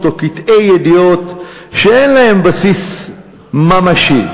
או קטעי ידיעות שאין להם בסיס ממשי.